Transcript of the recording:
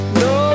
no